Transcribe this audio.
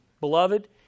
beloved